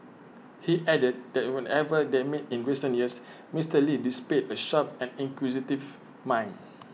he added that whenever they met in recent years Mister lee displayed A sharp and inquisitive mind